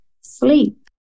sleep